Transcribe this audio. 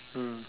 mm